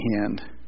hand